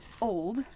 old